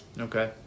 Okay